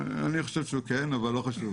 אני חושב שהוא כן, אבל לא חשוב.